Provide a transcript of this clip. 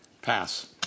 Pass